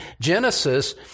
Genesis